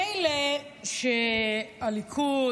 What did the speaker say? מילא שהליכוד,